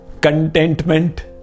contentment